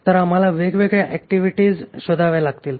तर आम्हाला वेगवेगळ्या ऍक्टिव्हिटीज शोधाव्या लागतील